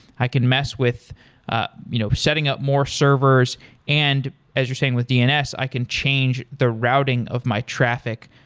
i can mess with ah you know setting up more servers and, as you're saying with dns, i can change the routing of my traffic.